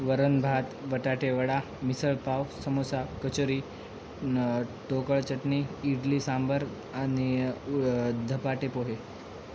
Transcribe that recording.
वरण भात वटाटे वडा मिसळ पाव समोसा कचोरी ढोकळा चटणी इडली सांबर आणि धपाटे पोहे